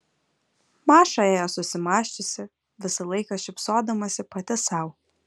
maša ėjo susimąsčiusi visą laiką šypsodamasi pati sau